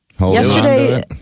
Yesterday